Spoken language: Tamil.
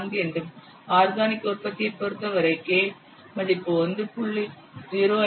4 என்றும் ஆர்கானிக் உற்பத்தியைப் பொறுத்தவரை k இன் மதிப்பு 1